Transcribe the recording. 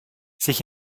sich